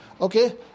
okay